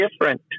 different